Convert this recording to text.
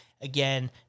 Again